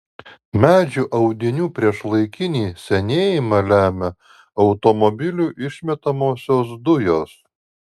medžių audinių priešlaikinį senėjimą lemia automobilių išmetamosios dujos